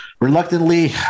reluctantly